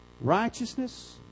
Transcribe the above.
righteousness